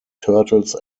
turtles